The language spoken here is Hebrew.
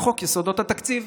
לחוק יסודות התקציב.